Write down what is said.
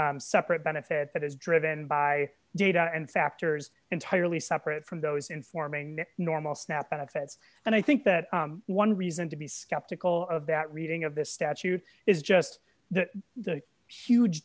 separate benefit that is driven by data and factors entirely separate from those informing normal snap benefits and i think that one reason to be skeptical of that reading of this statute is just the